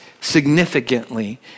significantly